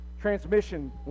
transmission